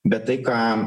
bet tai ką